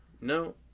No